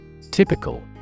Typical